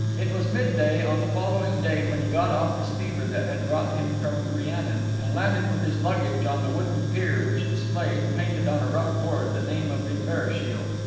it was midday on the following day when he got off the steamer that had brought him from crianan, and landed with his luggage on the wooden pier which displayed, painted on a rough board, the name of inverashiel.